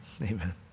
Amen